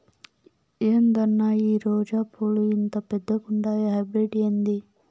ఏందన్నా ఈ రోజా పూలు ఇంత పెద్దగుండాయి హైబ్రిడ్ ఏంది